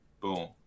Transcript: boom